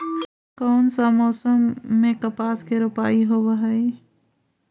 कोन सा मोसम मे कपास के रोपाई होबहय?